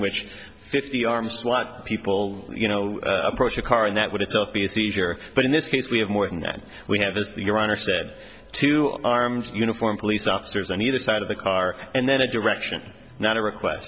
which fifty armed swat people you know approach a car and that would itself be a seizure but in this case we have more than than we have as the your honor said two arms uniformed police officers on either side of the car and then a direction not a request